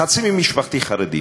חצי ממשפחתי חרדית.